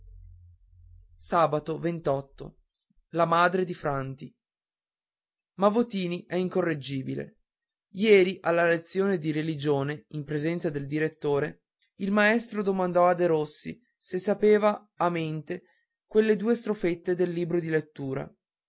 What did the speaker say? fronte la madre di ranti ao a otini è incorreggibile ieri alla lezione di religione in presenza del direttore il maestro domandò a derossi se sapeva a mente quelle due strofette del libro di lettura